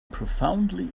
profoundly